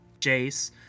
Jace